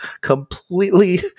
completely